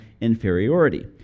inferiority